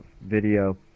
video